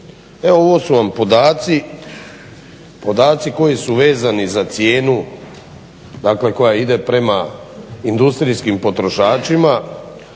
Evo ovo su vam podaci koji su vezani za cijenu koja ide prema industrijskim potrošačima,